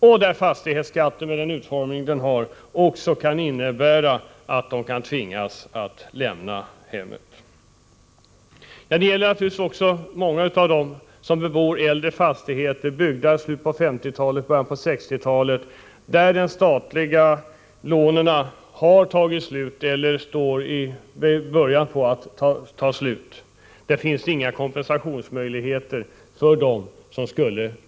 Med den utformning fastighetsskatten får kan den komma att innebära att sådana personer tvingas lämna sitt hem. Men det gäller naturligtvis också många av dem som bebor äldre fastigheter, byggda i slutet av 1950-talet eller i början av 1960-talet, för vilka de statliga lånen har betalats av eller snart är slutbetalda. För dessa personer, som skulle behöva kompensationsmöjligheter, finns det inga sådana.